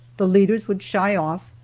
the leaders would shy off,